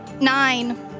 Nine